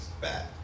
bad